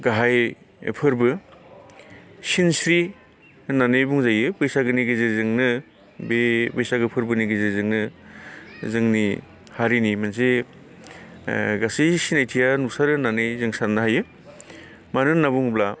गाहाय फोरबो सिनस्रि होननानै बुंजायो बैसागोनि गेजेरजोंनो बे बैसागो फोरबोनि गेजेरजोंनो जोंनि हारिनि मोनसे ओ गासै सिनायथिया नुसारो होननानै जों साननो हायो मानो होनना बुङोब्ला